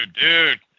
dude